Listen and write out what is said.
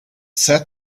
said